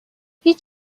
هیچ